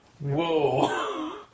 Whoa